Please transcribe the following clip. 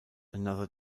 another